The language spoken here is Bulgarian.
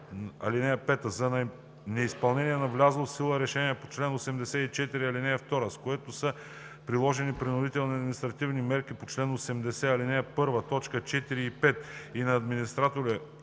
(5) За неизпълнение на влязло в сила решение по чл. 84, ал. 2, с което са приложени принудителни административни мерки по чл. 80, ал. 1, т. 4 и 5, на администратора